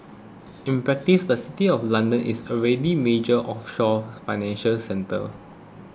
in practice the City of London is already major offshore financial centre